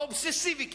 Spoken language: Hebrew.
האובססיבי כמעט,